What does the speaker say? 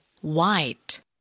White